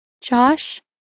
Josh